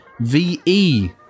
VE